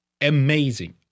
Amazing